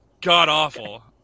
god-awful